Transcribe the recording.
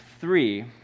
three